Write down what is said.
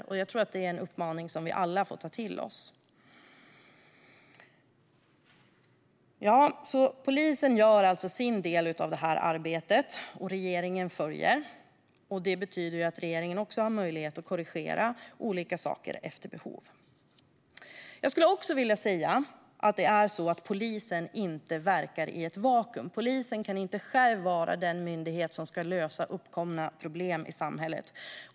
Det är en uppmaning som vi alla får ta till oss. Polisen gör alltså sin del av arbetet, och regeringen följer upp. Det betyder att regeringen också har möjlighet att korrigera olika saker efter behov. Jag vill också framföra att polisen inte verkar i ett vakuum. Polisen kan inte vara den myndighet som själv ska lösa uppkomna problem i samhället.